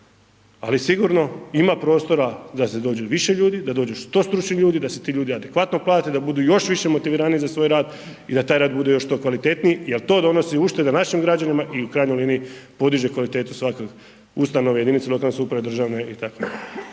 Ali, sigurno ima prostora da se dođe više ljudi, da dođu što stručniji ljudi, da se ti ljudi adekvatno plate, da budu još više motiviraniji za svoj rad i da taj rad bude što kvalitetniji jer to donosi uštede našim građanima i u krajnjoj liniji, podiže kvalitetu svake ustanove i jedinice lokalne samouprave, državne itd.